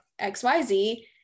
XYZ